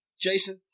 Jason